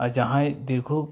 ᱟᱨ ᱡᱟᱦᱟᱸᱭ ᱫᱤᱨᱜᱷᱚ